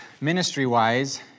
ministry-wise